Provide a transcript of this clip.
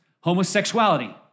homosexuality